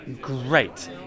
great